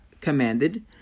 commanded